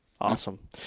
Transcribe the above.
Awesome